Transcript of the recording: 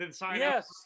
Yes